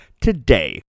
today